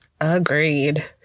Agreed